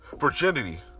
virginity